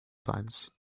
times